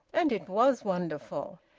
and it was wonderful!